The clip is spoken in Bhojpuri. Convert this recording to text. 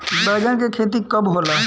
बैंगन के खेती कब होला?